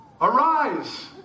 arise